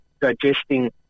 digesting